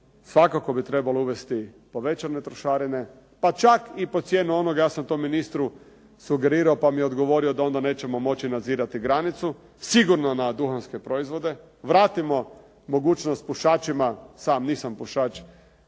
svakako bi trebalo uvesti povećane trošarine pa čak i pod cijenu onoga, ja sam to ministru sugerirao pa mi je odgovorio da onda nećemo moći nadzirati granicu, sigurno na duhanske proizvode. Vratimo mogućnost pušačima, sam nisam pušač,